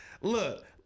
Look